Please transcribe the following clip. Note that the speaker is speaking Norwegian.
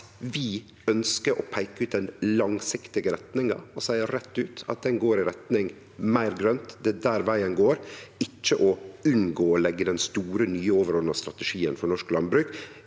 vi ønskjer å peike ut den langsiktige retninga og seier rett ut at ho går i retning meir grønt. Det er der vegen går, ikkje ved å unngå å leggje den store, nye overordna strategien for norsk landbruk,